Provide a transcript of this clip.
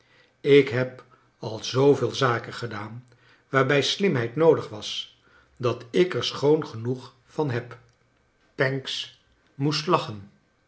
ik heb al zooveel zaken gedaan waarbij slimheid noodig was dat ik er schoon genoeg van heb pancks moest lachen